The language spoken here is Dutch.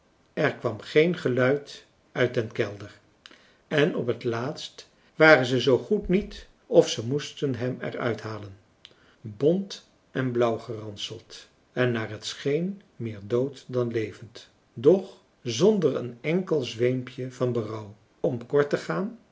er kwam geen geluid uit den kelder en op het laatst waren ze zoo goed niet of ze moesten hem er uithalen bont en blauw geranseld en naar het scheen meer dood dan levend doch zonder een enkel zweempje van berouw om kort te gaan